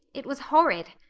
it was horrid.